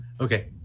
Okay